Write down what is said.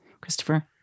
Christopher